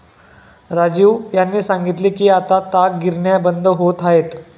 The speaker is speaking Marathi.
राजीव यांनी सांगितले की आता ताग गिरण्या बंद होत आहेत